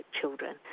children